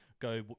go